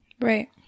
Right